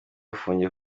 afungiye